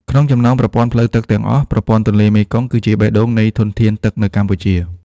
ក្នុងចំណោមប្រព័ន្ធផ្លូវទឹកទាំងអស់ ប្រព័ន្ធទន្លេមេគង្គគឺជាបេះដូងនៃធនធានទឹកនៅកម្ពុជា។